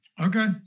Okay